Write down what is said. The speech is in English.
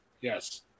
Yes